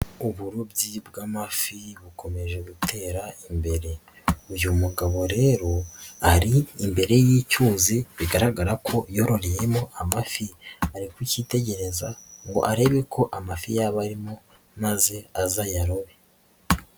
Uburobyi bw'amafi bukomeje gutera imbere. Uyu mugabo rero ari imbere y'icyuzi bigaragara ko yororeyemo amafi ari kukitegereza ngo arebe ko amafi yaba arimo maze aze ayarobo.